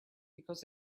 because